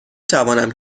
توانم